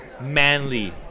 manly